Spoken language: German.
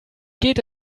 geht